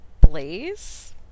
Blaze